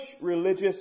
religious